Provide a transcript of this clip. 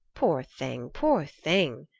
poor thing, poor thing,